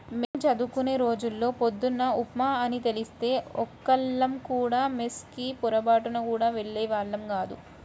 మేం చదువుకునే రోజుల్లో పొద్దున్న ఉప్మా అని తెలిస్తే ఒక్కళ్ళం కూడా మెస్ కి పొరబాటున గూడా వెళ్ళేవాళ్ళం గాదు